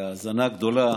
בהאזנה גדולה.